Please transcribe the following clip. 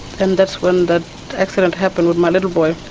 and that's when the accident happened with my little boy.